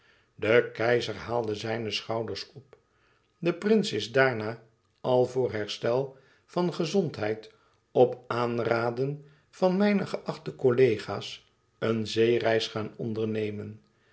de keizer haalde zijne schouders op de prins is daarna al voor herstel van gezondheid op aanraden van mijne geachte collega's een zeereis gaan ondernemen